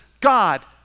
God